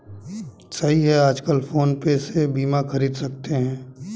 सही है आजकल फ़ोन पे से बीमा ख़रीद सकते हैं